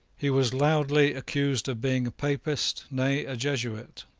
he was loudly accused of being a papist, nay, a jesuit.